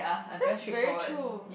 that is very true